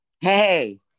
Hey